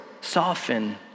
soften